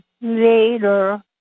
later